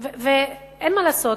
ואין מה לעשות,